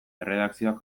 erredakzioak